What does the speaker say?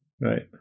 Right